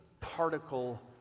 particle